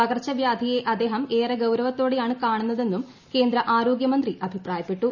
പകർച്ചവ്യാധിയെ അദ്ദേഹം ഏറെ ഗൌരവത്തോടെയാണ് കാണുന്നതെന്നും കേന്ദ്ര ആരോഗ്യമന്ത്രി അഭിപ്രായപ്പെട്ടു